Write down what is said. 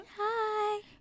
hi